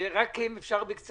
אאפשר זכויות דיבור לחברי הכנסת.